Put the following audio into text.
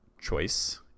choice